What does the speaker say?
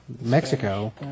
Mexico